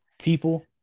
people